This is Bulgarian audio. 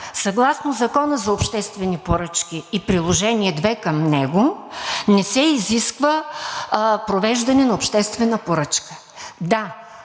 съгласно Закона за обществени поръчки и приложение № 2 към него не се изисква провеждане на обществена поръчка? Да,